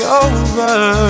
over